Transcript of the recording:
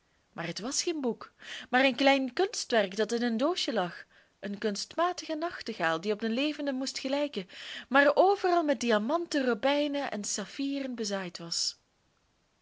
maar het was geen boek maar een klein kunstwerk dat in een doosje lag een kunstmatige nachtegaal die op den levenden moest gelijken maar overal met diamanten robijnen en saffieren als bezaaid was